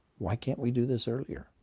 why can't we do this earlier?